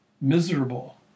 miserable